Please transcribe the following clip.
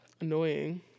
annoying